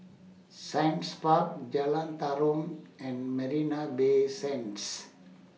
Science Park Jalan Tarum and Marina Bay Sands